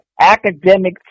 Academic